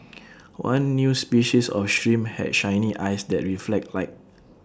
one new species of shrimp had shiny eyes that reflect light